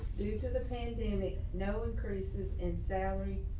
due to the pain deeming no increases in salary,